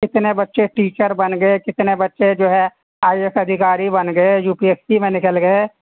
کتنے بچے ٹیچر بن گئے کتنے بچے جو ہے آئی ایس ادھیکاری بن گئے یو پی ایس سی میں نکل گئے